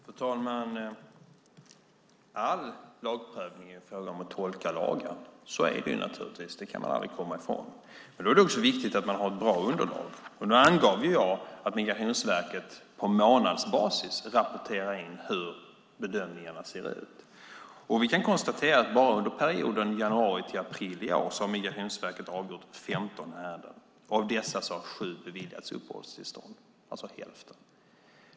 Fru talman! All lagprövning är en fråga om att tolka lagen; så är det naturligtvis. Det kan man aldrig komma ifrån. Men då är det också viktigt att man har ett bra underlag. Nu angav jag att Migrationsverket på månadsbasis rapporterar in hur bedömningarna ser ut. Vi kan konstatera att bara under perioden januari till april i år har Migrationsverket avgjort 15 ärenden. Av dessa har 7 beviljats uppehållstillstånd - alltså hälften.